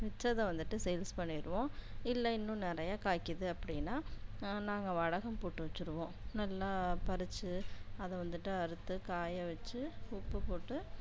மிச்சதை வந்துவிட்டு சேல்ஸ் பண்ணிருவோம் இல்லை இன்னும் நிறையா காய்க்குது அப்படின்னா நாங்கள் வடகம் போட்டு வச்சுடுவோம் நல்லா பறிச்சு அதை வந்துவிட்டு அறுத்து காயை வச்சு உப்பு போட்டு